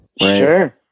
Sure